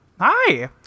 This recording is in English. Hi